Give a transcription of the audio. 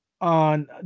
on